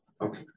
Okay